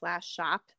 shop